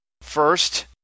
First